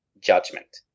judgment